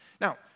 Now